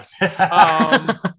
yes